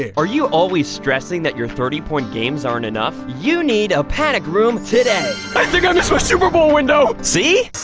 yeah are you always stressing that your thirty point games aren't enough? you need a panic room today i think i missed my super bowl window see?